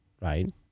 right